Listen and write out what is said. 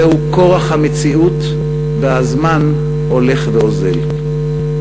זהו כורח המציאות, והזמן הולך ואוזל.